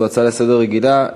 זו הצעה רגילה לסדר-היום,